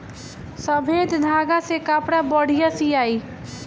सफ़ेद धागा से कपड़ा बढ़िया सियाई